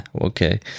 Okay